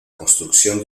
construcción